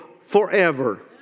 forever